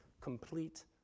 complete